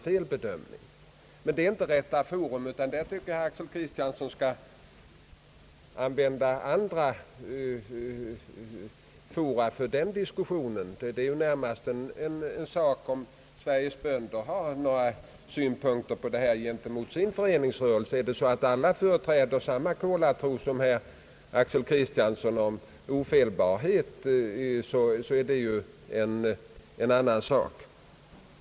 Riksdagen är inte rätt forum för denna diskussion. Om Sveriges bönder har några synpunkter på detta gentemot sin föreningsrörelse och om alla hyser samma kolartro som herr Axel Kristiansson om ofelbarhet, är det en annan sak.